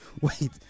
Wait